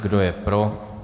Kdo je pro?